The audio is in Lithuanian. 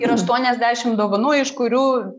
ir aštuoniasdešim dovanų iš kurių